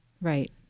right